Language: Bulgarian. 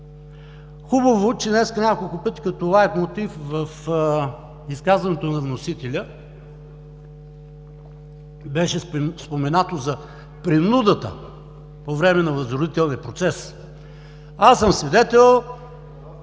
Хубаво, че днес няколко пъти като лайтмотив в изказването на вносителя беше споменато за принудата по време на възродителния процес. (Реплики.) Аз съм свидетел